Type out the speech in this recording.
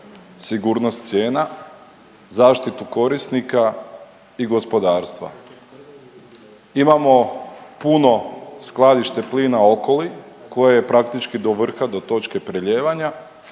sigurnost cijena, zaštitu korisnika i gospodarstva. Imamo puno skladište plina Okoli koje je praktički do vrha do točke prelijevanja.